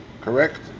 correct